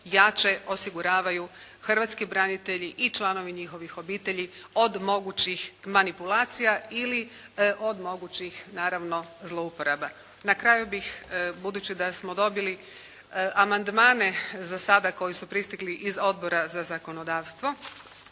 jače osiguravaju hrvatski branitelji i članovi njihovih obitelji od mogućih manipulacija ili od mogućih naravno zlouporaba. Na kraju bih budući da smo dobili amandmane za sada koji su pristigli iz Odbora za zakonodavstvo,